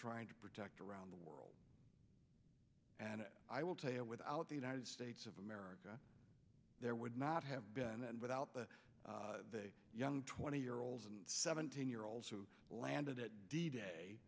trying to protect around the world and i will tell you without the united states of america there would not have been and without the young twenty year olds and seventeen year olds who landed at d day